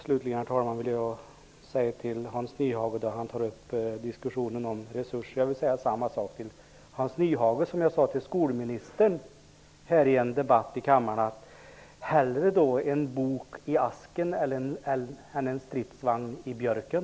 Slutligen vill jag, apropå diskussionen om resurser, säga samma sak till Hans Nyhage som jag sade till skolministern i en debatt här i kammaren: Hellre en bok i asken än en stridsvagn i björken!